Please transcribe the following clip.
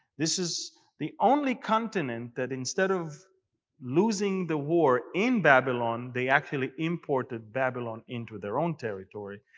this is the only continent that instead of losing the war in babylon, they actually imported babylon into their own territory.